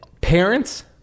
Parents